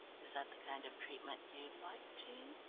is that the kind of treatment you'd like, jean?